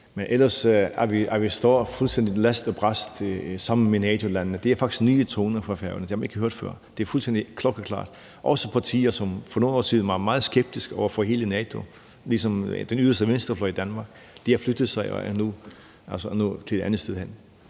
At vi står fuldstændig last og brast sammen med NATO-landene er faktisk nye toner fra Færøerne. Det har man ikke hørt før. Det er fuldstændig klokkeklart. Det gælder også partier, som for nogle år siden var meget skeptiske over for hele NATO ligesom den yderste venstrefløj i Danmark. De har nu flyttet sig til et andet sted.